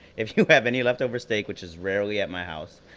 if you have any leftover steak which is rarely at my house.